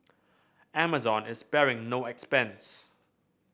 Amazon is sparing no expense